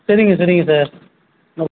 சரிங்க சரிங்க சார் நான்